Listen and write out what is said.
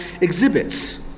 exhibits